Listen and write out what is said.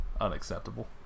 unacceptable